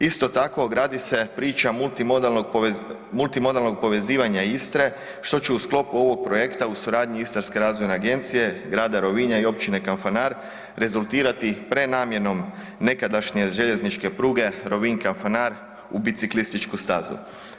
Isto tako, gradi se priča multimodalnog povezivanja Istre što će u sklopu ovog projekta u suradnji Istarske razvojne agencije, grada Rovinja i općine Kanfanar, rezultirati prenamjenom nekadašnje željezničke pruge Rovinj-Kanfanar u biciklističku stazu.